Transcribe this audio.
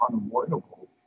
unavoidable